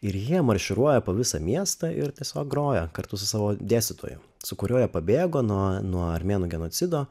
ir jie marširuoja po visą miestą ir tiesiog groja kartu su savo dėstytojo su kuriuo jie pabėgo nuo nuo armėnų genocido